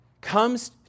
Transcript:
comes